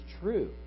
true